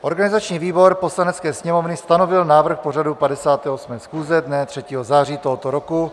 Organizační výbor Poslanecké sněmovny stanovil návrh pořadu 58. schůze dne 3. září tohoto roku.